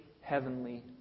heavenly